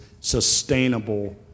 sustainable